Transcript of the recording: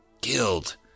killed